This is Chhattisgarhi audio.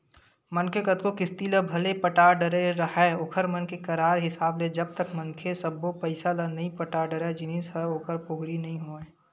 मनखे कतको किस्ती ल भले पटा डरे राहय ओखर मन के करार हिसाब ले जब तक मनखे सब्बो पइसा ल नइ पटा डरय जिनिस ह ओखर पोगरी नइ होवय